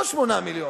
לא 8 מיליון,